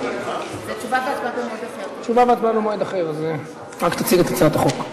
תשובה והצבעה במועד אחר, רק תציג את הצעת החוק.